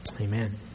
amen